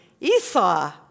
Esau